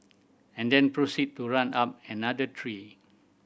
and then proceed to run up another tree